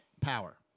power